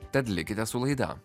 tad likite su laida